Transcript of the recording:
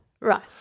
Right